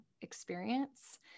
experience